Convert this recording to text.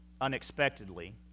unexpectedly